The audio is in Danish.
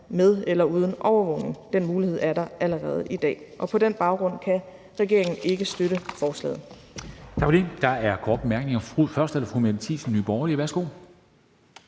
med eller uden overvågning. Den mulighed er der allerede i dag. Og på den baggrund kan regeringen ikke støtte forslaget.